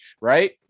right